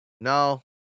No